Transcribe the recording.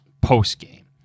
post-game